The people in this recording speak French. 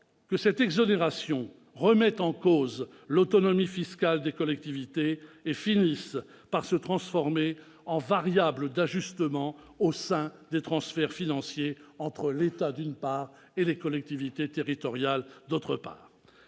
que cette exonération remette en cause l'autonomie fiscale des collectivités et finisse par se transformer en variable d'ajustement au sein des transferts financiers entre l'État, d'une part, et les collectivités territoriales, d'autre part.